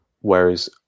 Whereas